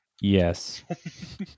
Yes